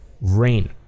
rain